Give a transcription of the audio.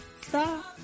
stop